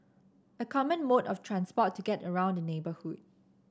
a common mode of transport to get around the neighbourhood